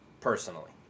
personally